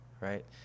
right